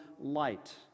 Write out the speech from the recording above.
light